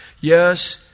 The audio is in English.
Yes